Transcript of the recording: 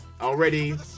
already